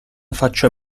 faccia